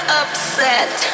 upset